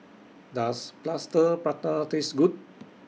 Does Plaster Prata Taste Good